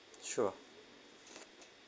sure